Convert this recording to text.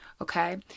Okay